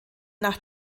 nach